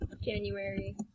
January